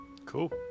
Cool